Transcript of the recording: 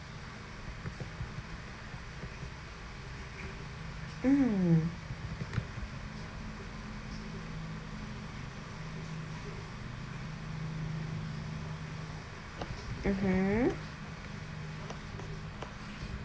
mm mmhmm